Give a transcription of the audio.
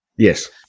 Yes